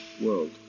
world